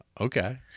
Okay